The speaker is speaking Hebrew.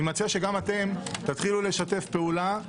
אני מציע שגם אתם תתחילו לשתף פעולה,